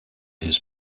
his